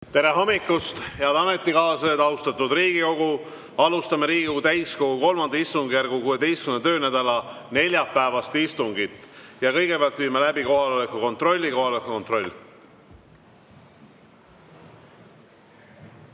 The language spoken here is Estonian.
Tere hommikust, head ametikaaslased! Austatud Riigikogu! Alustame Riigikogu täiskogu III istungjärgu 16. töönädala neljapäevast istungit. Kõigepealt viime läbi kohaloleku kontrolli. Kohaloleku kontroll.